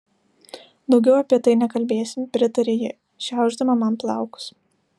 daugiau apie tai nekalbėsim pritarė ji šiaušdama man plaukus